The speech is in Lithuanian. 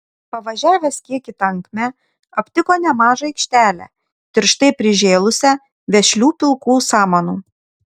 pavažiavęs kiek į tankmę aptiko nemažą aikštelę tirštai prižėlusią vešlių pilkų samanų